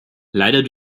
leider